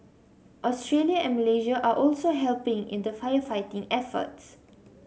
Australia and Malaysia are also helping in the firefighting efforts